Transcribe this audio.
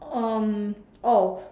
um oh